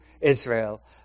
Israel